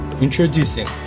Introducing